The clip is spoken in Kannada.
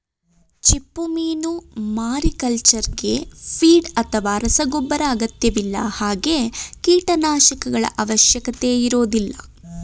ಚಿಪ್ಪುಮೀನು ಮಾರಿಕಲ್ಚರ್ಗೆ ಫೀಡ್ ಅಥವಾ ರಸಗೊಬ್ಬರ ಅಗತ್ಯವಿಲ್ಲ ಹಾಗೆ ಕೀಟನಾಶಕಗಳ ಅವಶ್ಯಕತೆ ಇರೋದಿಲ್ಲ